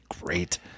great